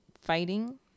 fighting